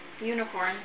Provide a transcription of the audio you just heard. unicorn